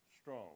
strong